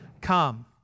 come